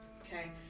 Okay